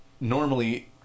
normally